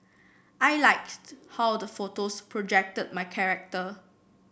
I liked how the photos projected my character